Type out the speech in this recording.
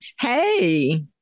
Hey